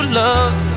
love